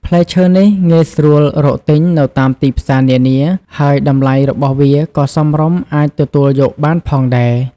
ផ្លែឈើនេះ ងាយស្រួលរកទិញ នៅតាមទីផ្សារនានា ហើយតម្លៃរបស់វាក៏សមរម្យអាចទទួលយកបានផងដែរ។